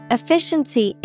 Efficiency